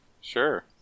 Sure